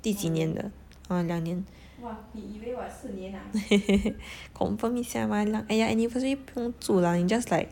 第几年了 oh 两年 confirm 一下 mah !aiya! anniversary 不用做 lah you just like